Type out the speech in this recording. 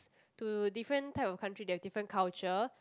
to different type of country they have different culture